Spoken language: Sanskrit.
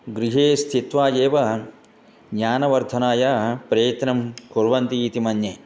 गृहे स्थित्वा एव ज्ञानवर्धनाय प्रयत्नं कुर्वन्ति इति मन्ये